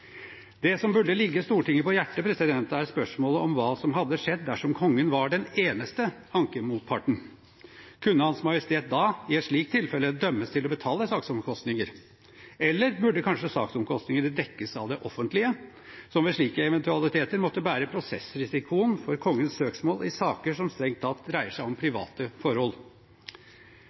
Det som burde ligge Stortinget på hjertet, er spørsmålet om hva som hadde skjedd dersom kongen var den eneste ankemotparten. Kunne Hans Majestet da, i et slikt tilfelle, dømmes til å betale saksomkostninger? Eller burde kanskje saksomkostningene dekkes av det offentlige – som ved slike eventualiteter måtte bære prosessrisikoen for kongens søksmål i saker som strengt tatt dreier seg om private forhold?